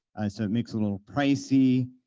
so it makes it a little pricey.